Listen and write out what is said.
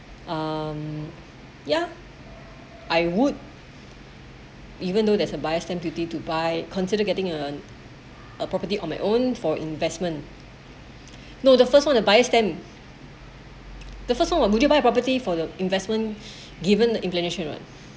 um ya I would even though there's a buyer's stamp duty to buy consider getting a a property on my own for investment no the first one the buyers stamp the first one when would you buy a property for the investment given the implementation